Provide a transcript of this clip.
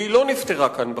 והיא לא נפתרה כאן בחוק.